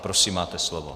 Prosím, máte slovo.